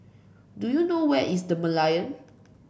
do you know where is The Merlion